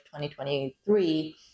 2023